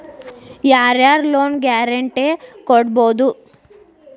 ಯಾರ್ ಯಾರ್ loan guarantee ಕೊಡ್ಬೊದು?